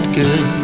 good